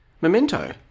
memento